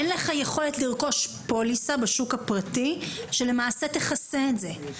אין לך יכולת לרכוש פוליסה בשוק הפרטי שלמעשה תכסה את זה.